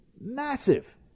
massive